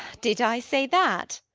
did i say that?